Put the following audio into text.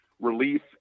relief